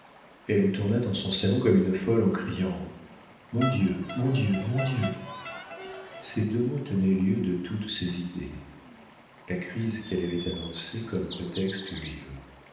elle tourna dans son salon comme une folle en criant mon dieu mon dieu mon dieu ces deux mots tenaient lieu de toutes ses idées la crise qu'elle avait annoncée comme prétexte eut lieu